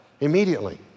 immediately